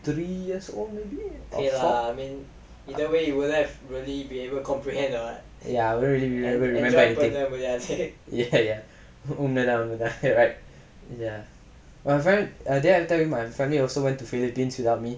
three years old maybe ya ya ya உண்மதா உண்மதா:unmathaa unmathaa right ya did I also tell you my family also went to philippines without me